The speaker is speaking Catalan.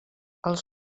els